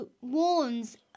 warns